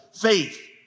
faith